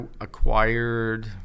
acquired